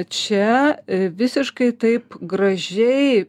čia visiškai taip gražiai